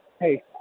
hey